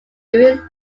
during